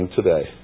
today